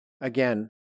again